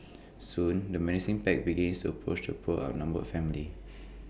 soon the menacing pack begins to approach the poor outnumbered family